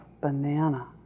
banana